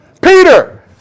Peter